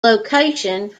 location